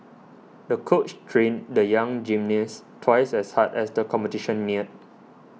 the coach trained the young gymnast twice as hard as the competition neared